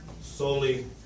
solely